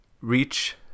reach